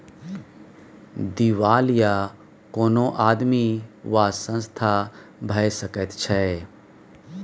दिवालिया कोनो आदमी वा संस्था भए सकैत छै